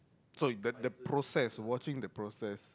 so the the process watching the process